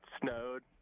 snowed